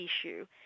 issue